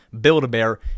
Build-A-Bear